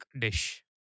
dish